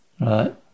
Right